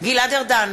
גלעד ארדן,